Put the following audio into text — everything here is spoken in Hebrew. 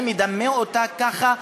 אני מדמה אותה ככה,